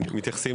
הם מתייחסים